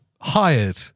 Hired